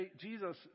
Jesus